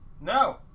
No